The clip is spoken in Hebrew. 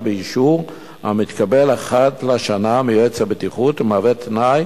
באישור המתקבל אחת לשנה מיועץ הבטיחות ומהווה תנאי